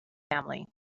family